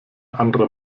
anderer